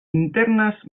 internes